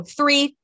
three